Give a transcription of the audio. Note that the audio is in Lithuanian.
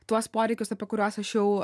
tuos poreikius apie kuriuos aš jau